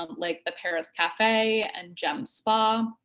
um like the paris cafe and gem spa, um